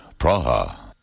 Praha